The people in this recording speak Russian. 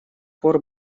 пор